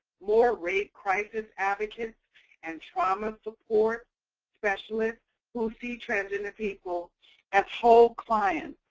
more rape crisis advocates and trauma support specialists who see transgender people as whole clients,